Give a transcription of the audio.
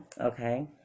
Okay